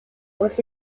was